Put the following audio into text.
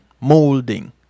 molding